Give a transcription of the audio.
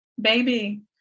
Baby